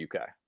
UK